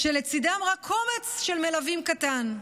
ולצידם רק קומץ מלווים קטן.